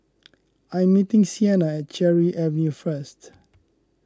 I am meeting Sienna at Cherry Avenue first